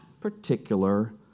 particular